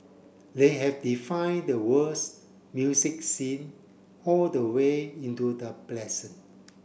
they have defined the world's music scene all the way into the present